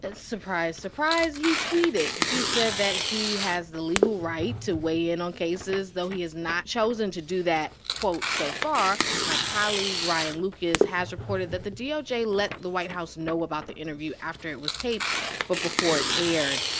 surprise, surprise he tweeted. he said that he has the legal right to weigh in on cases, though he has not chosen to do that, quote, so far. my colleague ryan lucas has reported that the doj let the white house know about the interview after it was taped but before it aired.